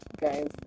guys